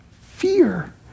Fear